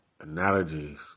Analogies